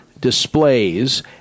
displays